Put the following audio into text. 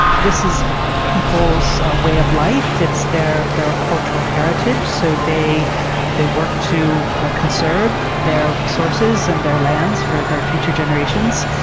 this is people's ah way of life, it's their their cultural heritage. so they they work to ah conserve their resources and their lands for their future generations.